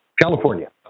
California